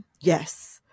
yes